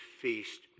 feast